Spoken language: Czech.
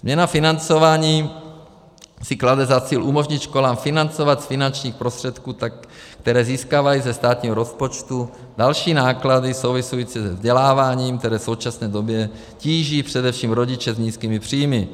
Změna financování si klade za cíl umožnit školám financovat z finančních prostředků, které získávají ze státního rozpočtu, další náklady související se vzděláváním, které v současné době tíží především rodiče s nízkými příjmy.